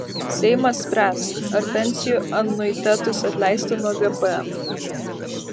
seimas spręs ar pensijų anuitetus atleisti nuo gpm